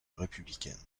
républicaine